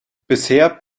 bisher